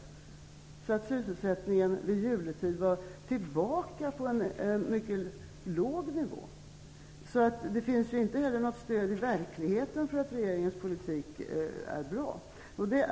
Vid jultid var sysselsättningen tillbaka på en mycket låg nivå. Det finns inte heller i verkligheten något stöd för att regeringens politik är bra.